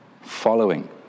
following